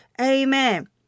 Amen